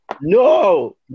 No